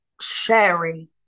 sharing